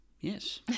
Yes